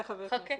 חכה.